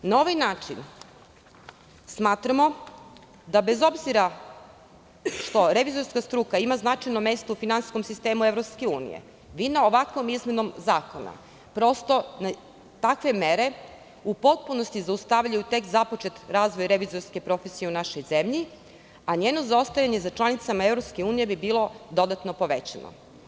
Na ovaj način smatramo da bez obzira što revizorska struka ima značajno mesto u finansijskom sistemu EU, vi ovakvom izmenom zakona prosto takve mere u potpunosti zaustavljaju tek započet razvoj revizorske profesije u našoj zemlji, a njeno zaostajanje za članicama EU bi bilo dodatno povećano.